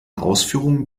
ausführungen